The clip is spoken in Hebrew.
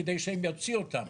כדי שהם יוציאו אותם.